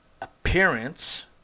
appearance